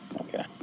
Okay